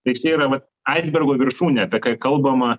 tai šitie yra vat aisbergo viršūnė apie ką ir kalbama